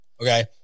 okay